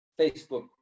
facebook